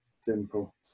simple